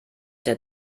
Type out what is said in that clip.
der